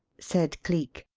said cleek.